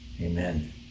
amen